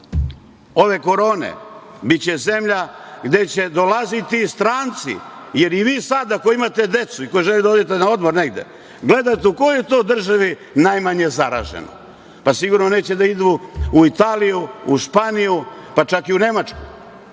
ove korone biće zemlja gde će dolaziti stranci, jer i vi sada koji imate decu i koji želite da odete na odmor negde gledate u kojoj je to državi najmanje zaraženih. Sigurno neće da idu u Italiju, u Španiju, pa čak i u Nemačku,